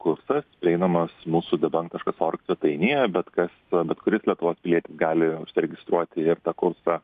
kursas prieinamas mūsų debunk taškas org svetainėje bet kas bet kuris lietuvos pilietis gali užsiregistruoti ir tą kursą